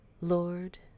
Lord